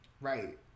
Right